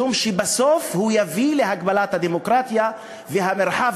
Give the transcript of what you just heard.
משום שבסוף הוא יביא להגבלת הדמוקרטיה והמרחב